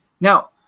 Now